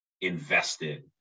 invested